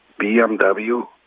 BMW